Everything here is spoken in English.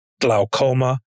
glaucoma